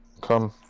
Come